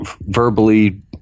verbally